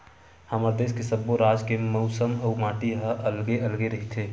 हमर देस के सब्बो राज के मउसम अउ माटी ह अलगे अलगे रहिथे